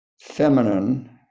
feminine